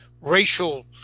racial